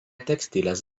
tekstilės